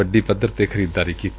ਵੱਡੀ ਪੱਧਰ ਤੇ ਖਰੀਦਦਾਰੀ ਕੀਤੀ